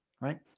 right